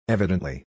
Evidently